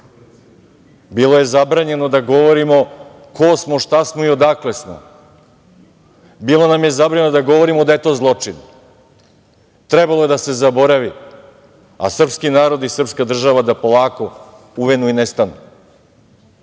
Bilo je zabranjeno da govorimo ko smo, šta smo i odakle smo. Bilo nam je zabranjeno da govorimo da je to zločin. Trebalo je da se zaboravi, a srpski narod i srpska država da polako uvenu i nestanu. Pa,